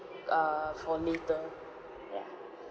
err for later yeah